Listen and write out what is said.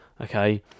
okay